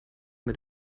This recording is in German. mit